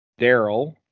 Daryl